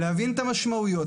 להבין את המשמעויות.